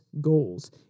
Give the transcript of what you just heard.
goals